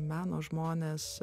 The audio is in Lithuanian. meno žmonės